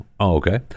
okay